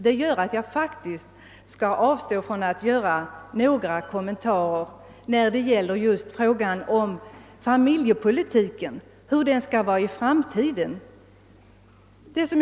Jag skall därför faktiskt avstå från att göra några kommentarer till frågan om familjepolitikens framtida utformning.